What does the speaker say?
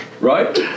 right